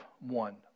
one